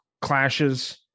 clashes